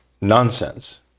nonsense